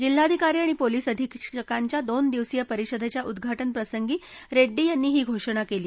जिल्हाधिकारी आणि पोलीस अधिक्षकांच्या दोन दिवसीय परिषदेच्या उद्घाटन प्रसंगी रेङ्डी यांनी ही घोषणा केली